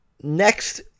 next